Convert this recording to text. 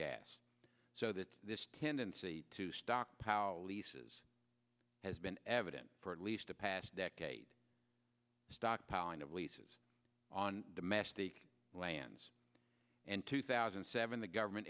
gas so that this tendency to stock pow leases has been evident for at least the past decade stockpiling of leases on domestic lands and two thousand and seven the government